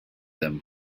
him